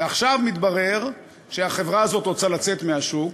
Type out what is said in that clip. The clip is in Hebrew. ועכשיו מתברר שהחברה הזאת רוצה לצאת מהשוק.